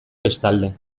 bestalde